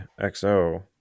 XO